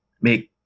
make